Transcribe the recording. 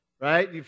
right